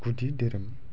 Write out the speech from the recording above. गुदि दोहोरोम